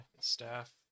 Staff